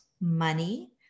money